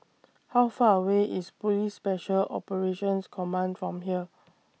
How Far away IS Police Special Operations Command from here